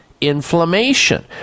inflammation